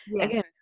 Again